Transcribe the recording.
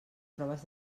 proves